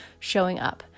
SHOWINGUP